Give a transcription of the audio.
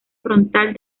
frontal